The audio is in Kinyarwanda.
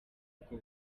bwo